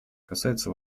касается